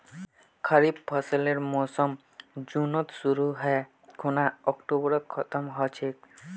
खरीफ फसलेर मोसम जुनत शुरु है खूना अक्टूबरत खत्म ह छेक